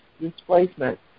displacement